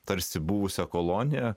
tarsi buvusia kolonija